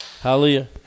Hallelujah